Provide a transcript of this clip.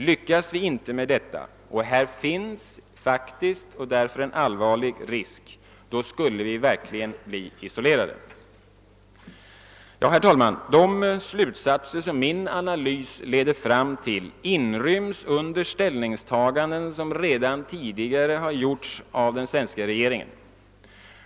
Lyckas vi inte med detta — och det finns en faktisk och därmed allvarlig risk härför — skulle vi verkligen bli isolerade. Herr talman! De slutsatser som min analys leder fram till inryms under ställningstaganden, som redan tidigare gjorts av den svenska regeringen.